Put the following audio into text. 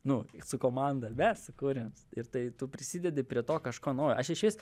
nu su komanda mes sukūrėm ir tai tu prisidedi prie to kažko naujo aš išvis